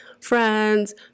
friends